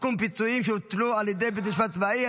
(תיקון מס' 30) (פיצויים שהטיל בית משפט צבאי),